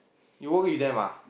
you work with them ah